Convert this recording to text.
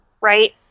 Right